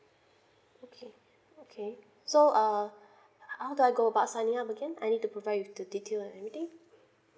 okay okay so uh how do I go about signing up again I need to provide with the details and everything